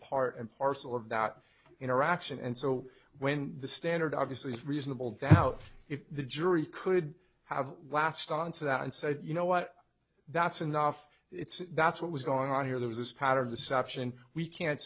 part and parcel of that interaction and so when the standard obviously is reasonable doubt if the jury could have latched onto that and said you know what that's enough it's that's what was going on here there was this part of the sachin we can't